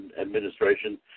Administration